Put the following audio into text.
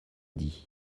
dit